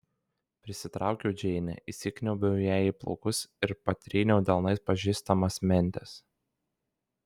prisitraukiau džeinę įsikniaubiau jai į plaukus ir patryniau delnais pažįstamas mentes